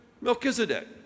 Melchizedek